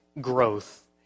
growth